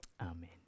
Amen